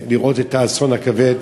לראות את האסון הכבד.